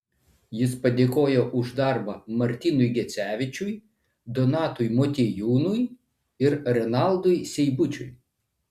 jis padėkojo už darbą martynui gecevičiui donatui motiejūnui ir renaldui seibučiui